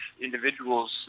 individuals